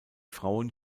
frauen